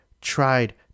tried